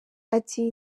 ati